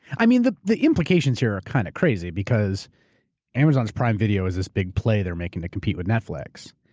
i mean, the the implications here are kinda kind of crazy because amazon's prime video is this big play they're making to compete with netflix.